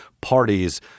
parties